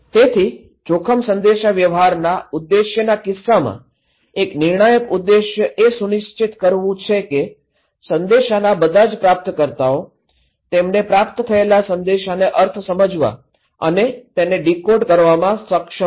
તેથી જોખમ સંદેશાવ્યવહારના ઉદ્દેશ્યના કિસ્સામાં એક નિર્ણાયક ઉદ્દેશ્ય એ સુનિશ્ચિત કરવાનું છે કે સંદેશાના બધા જ પ્રાપ્તકર્તાઓ તેમને પ્રાપ્ત થયેલા સંદેશના અર્થને સમજવા અને તેને ડીકોડ કરવામાં સક્ષમ છે